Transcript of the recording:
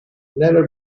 never